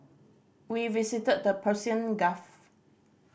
we visited the Persian Gulf